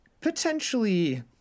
potentially